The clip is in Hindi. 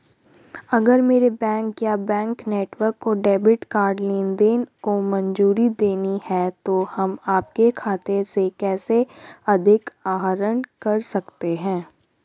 अगर मेरे बैंक या बैंक नेटवर्क को डेबिट कार्ड लेनदेन को मंजूरी देनी है तो हम आपके खाते से कैसे अधिक आहरण कर सकते हैं?